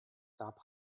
gab